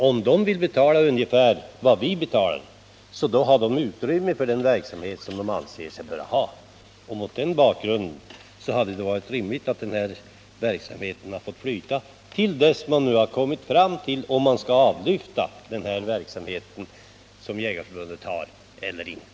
Om de vill betala ungefär vad vi betalar, så har de utrymme för den verksamhet som de anser sig böra ha. Mot den bakgrunden hade det varit rimligt att den här verksamheten hade fått fortsätta till dess att man hade kommit fram till om den verksamhet som Svenska jägareförbundet bedriver skall lyftas bort eller ej.